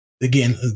again